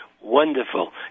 wonderful